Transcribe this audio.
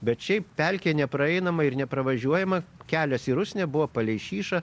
bet šiaip pelkė nepraeinama ir nepravažiuojama kelias į rusnę buvo palei šyšą